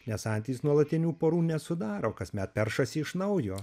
nes antys nuolatinių porų nesudaro kasmet peršasi iš naujo